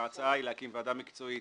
ההצעה היא להקים ועדה מקצועית